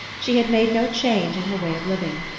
she had made no change in her way of living.